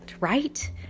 right